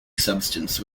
substance